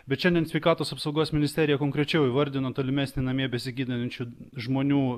bet šiandien sveikatos apsaugos ministerija konkrečiau įvardino tolimesnį namie besigydančių žmonių